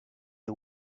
one